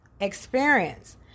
experience